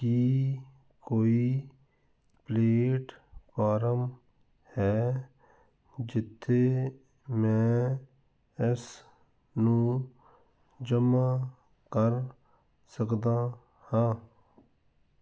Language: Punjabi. ਕੀ ਕੋਈ ਪਲੇਟਫਾਰਮ ਹੈ ਜਿੱਥੇ ਮੈਂ ਇਸ ਨੂੰ ਜਮ੍ਹਾਂ ਕਰ ਸਕਦਾ ਹਾਂ